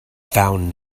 found